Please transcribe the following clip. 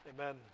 Amen